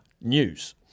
news